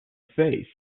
face